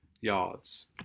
yards